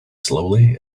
slowly